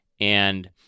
And-